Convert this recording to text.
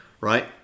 right